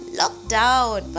lockdown